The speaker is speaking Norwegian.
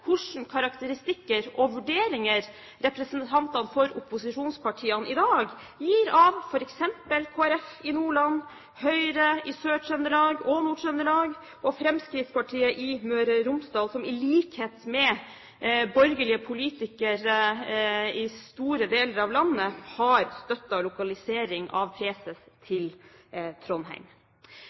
karakteristikker og vurderinger representantene for opposisjonspartiene i dag gir av f.eks. Kristelig Folkeparti i Nordland, Høyre i Sør-Trøndelag og i Nord-Trøndelag og Fremskrittspartiet i Møre og Romsdal, som i likhet med borgerlige politikere i store deler av landet har støttet lokalisering av preses til Trondheim.